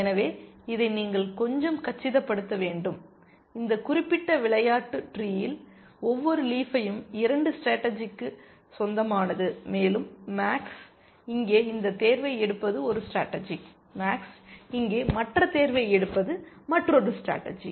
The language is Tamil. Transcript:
எனவே இதை நீங்கள் கொஞ்சம் காட்சிப்படுத்த வேண்டும் இந்த குறிப்பிட்ட விளையாட்டு ட்ரீயில் ஒவ்வொரு லீஃப்பையும் 2 ஸ்டேடர்ஜியிற்கு சொந்தமானது மேலும் மேக்ஸ் இங்கே இந்த தேர்வை எடுப்பது ஒரு ஸ்டேடர்ஜி மேக்ஸ் இங்கே மற்ற தேர்வை எடுப்பது மற்றொரு ஸ்டேடர்ஜி